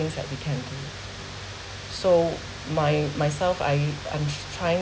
that we can so my myself I I'm trying